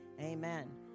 amen